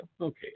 okay